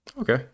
Okay